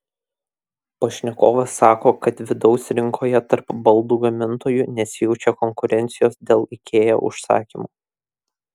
pašnekovas sako kad vidaus rinkoje tarp baldų gamintojų nesijaučia konkurencijos dėl ikea užsakymų